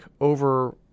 over –